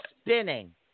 spinning